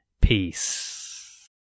Peace